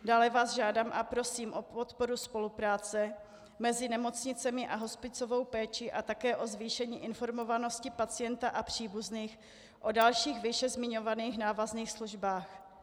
Dále vás žádám a prosím o podporu spolupráce mezi nemocnicemi a hospicovou péči a také o zvýšení informovanosti pacienta a příbuzných o dalších výše zmiňovaných návazných službách.